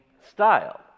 style